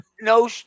No